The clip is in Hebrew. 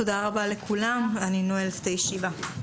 תודה רבה לכולם, אני נועלת את הישיבה.